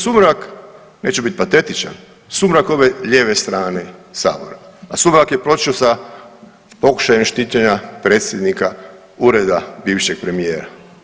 To je sumrak, neću bit patetičan, sumrak ove lijeve strane Sabora, a sumrak je počeo sa pokušajem štićenja predsjednika ureda bivšeg premijera.